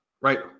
right